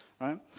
right